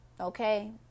Okay